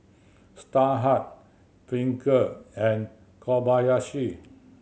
Starhub Pringle and Kobayashi